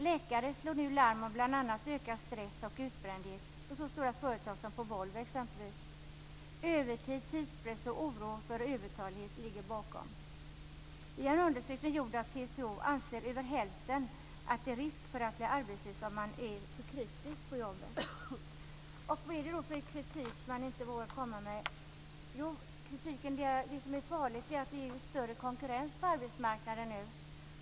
Läkare slår nu larm om bl.a. ökad stress och utbrändhet på så stora företag som exempelvis Volvo. Övertid, tidspress och oro för övertalighet ligger bakom. I en undersökning gjord av TCO anser över hälften att det är risk för att bli arbetslös om man är för kritisk på jobbet. Vad är det då för kritik som man inte vågar komma med? Det som är farligt är att det är större konkurrens på arbetsmarknaden nu.